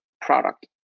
product